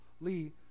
Lee